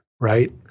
right